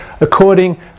according